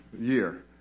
year